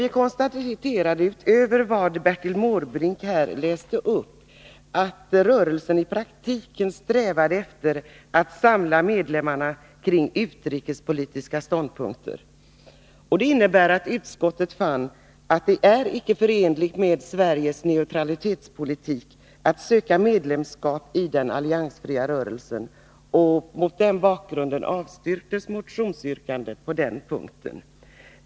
Vi konstaterade — utöver vad Bertil Måbrink har läst upp här — att rörelsen i praktiken strävar efter att samla medlemmarna kring utrikespolitiska ståndpunkter. Utskottet fann därmed att det inte var förenligt med Sveriges neutralitetspolitik att söka medlemskap i den alliansfria rörelsen. Mot den bakgrunden avstyrktes motionsyrkandet på denna punkt.